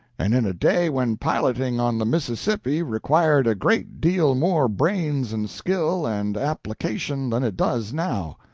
and in a day when piloting on the mississippi required a great deal more brains and skill and application than it does now.